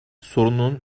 sorunun